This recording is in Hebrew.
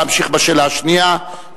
להמשיך בשאלה השנייה,